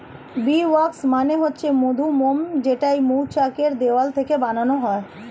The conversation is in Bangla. বী ওয়াক্স মানে হচ্ছে মধুমোম যেইটা মৌচাক এর দেওয়াল থেকে বানানো হয়